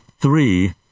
three